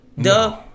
Duh